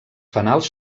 fanals